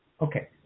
Okay